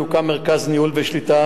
יוקם מרכז ניהול ושליטה,